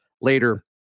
later